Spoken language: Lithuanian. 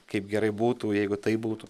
kaip gerai būtų jeigu taip būtų